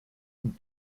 und